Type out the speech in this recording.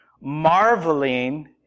Marveling